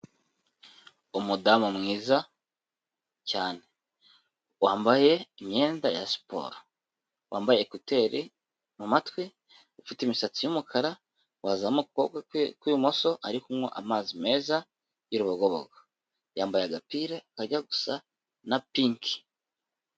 Umudamu mwiza cyane wambaye imyenda ya siporo, wambaye ekuteri mu matwi, ufite imisatsi y’umukara, wazamuye ukuboko kwe kw'ibumoso, ari kunywa amazi meza y’urubogobogo, yambaye agapira kajya gusa na pinki.